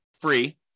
Free